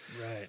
Right